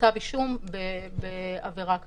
כתב אישום על עברה כזאת.